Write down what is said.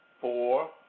four